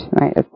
right